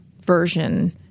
version